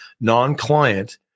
non-client